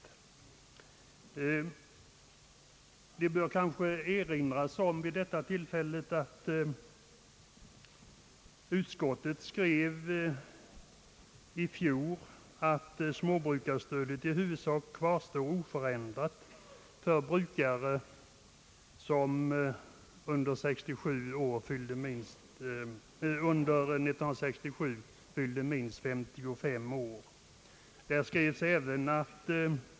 Vid detta tillfälle bör det kanske erinras om att utskottet i fjol skrev att småbrukarstödet i huvudsak kvarstår oförändrat för brukare som under 1967 fyllde minst 55 år.